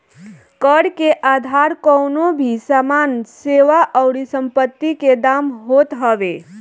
कर के आधार कवनो भी सामान, सेवा अउरी संपत्ति के दाम होत हवे